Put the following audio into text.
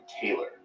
Taylor